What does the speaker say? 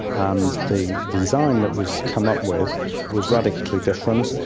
and the design that was come up with was radically different,